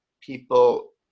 people